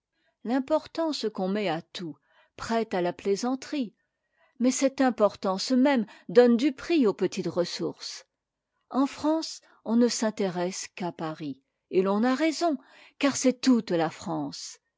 l'importance qu'on met à tout prête à la plaisanterie mais cette importance même donne du prix aux petites ressources en france on ne s'intéresse qu'à paris et l'on a raison car c'est toute la france